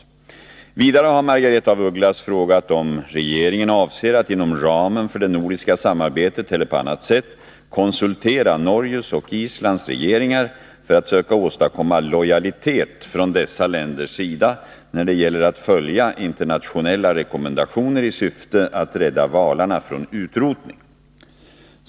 att begränsa valfångsten Vidare har Margaretha af Ugglas frågat om regeringen avser att inom ramen för det nordiska samarbetet eller på annat sätt konsultera Norges och Islands regeringar för att söka åstadkomma lojalitet från dessa länders sida när det gäller att följa internationella rekommendationer i syfte att rädda valarna från utrotning.